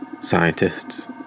Scientists